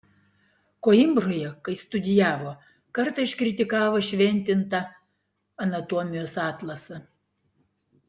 koimbroje kai studijavo kartą iškritikavo šventintą anatomijos atlasą